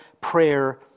prayer